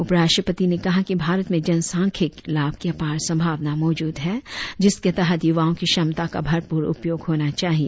उपराष्ट्रपति ने कहा कि भारत में जन सांख्यकीय लाभ की आपार संभावना मौजूद है जिसके तहत युवाओं की क्षमता का भरपूर उपयोग होना चाहिए